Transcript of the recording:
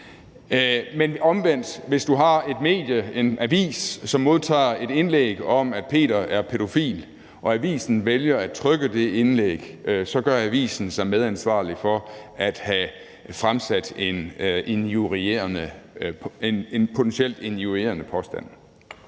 man omvendt har et medie eller en avis og modtager et indlæg om, at Peter er pædofil, og hvis man vælger at trykke det indlæg, gør avisen sig medansvarlig for at have fremsat en potentielt injurierende påstand.